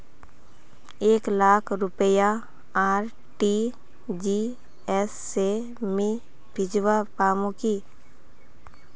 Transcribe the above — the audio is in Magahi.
एक लाख रुपया आर.टी.जी.एस से मी भेजवा पामु की